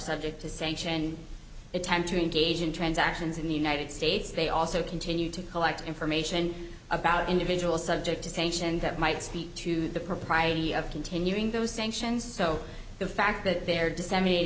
subject to sanction attempt to engage in transactions in the united states they also continue to collect information about individuals subject to sanctions that might speak to the propriety of continuing those sanctions so the fact that they're disseminat